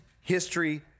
history